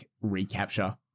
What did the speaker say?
recapture